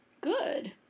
good